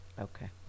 Okay